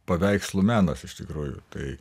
paveikslų menas iš tikrųjų tai